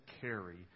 carry